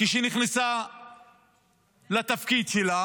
כשהיא נכנסה לתפקיד שלה?